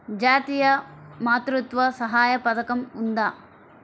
జాతీయ మాతృత్వ సహాయ పథకం ఉందా?